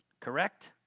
correct